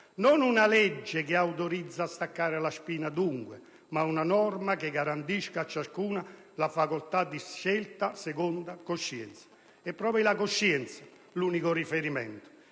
Non una legge che autorizzi a staccare la spina, dunque, ma una norma che garantisca a ciascuno la facoltà di scelta secondo coscienza. È proprio la coscienza l'unico riferimento.